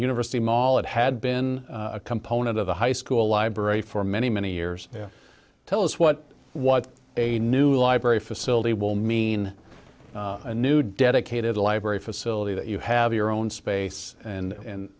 university mall it had been a component of the high school library for many many years tell us what what a new library facility will mean a new dedicated library facility that you have your own space and and